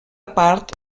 part